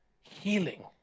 healing